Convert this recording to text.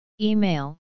Email